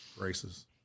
races